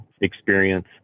experience